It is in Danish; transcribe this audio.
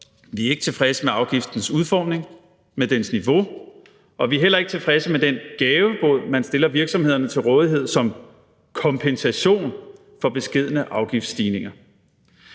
Vi er ikke tilfredse med afgiftens udformning, med dens niveau, og vi er heller ikke tilfredse med den gavebod, man stiller til rådighed for virksomhederne som kompensation for beskedne afgiftsstigninger.